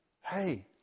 Hey